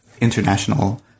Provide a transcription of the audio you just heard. international